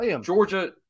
georgia